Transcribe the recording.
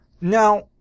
Now